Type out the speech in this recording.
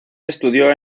estudió